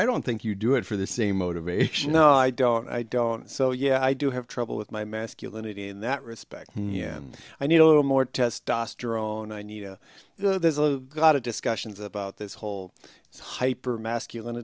i don't think you do it for the same motivation no i don't i don't so yeah i do have trouble with my masculinity in that respect nya and i need a little more testosterone i need a you know there's a lot of discussions about this whole hyper masculin